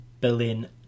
Berlin